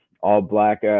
all-black